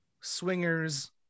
swingers